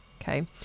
Okay